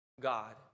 God